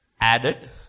added